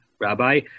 Rabbi